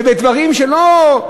ובדברים שלא,